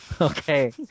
okay